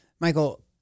Michael